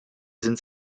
sind